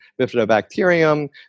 bifidobacterium